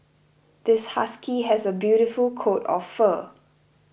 this husky has a beautiful coat of fur